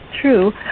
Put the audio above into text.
true